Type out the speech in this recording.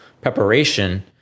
preparation